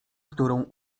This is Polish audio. którą